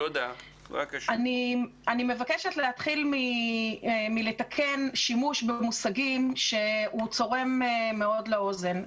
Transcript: אני מבקשת להתחיל מלתקן שימוש במושגים שצורמים מאוד לאוזן.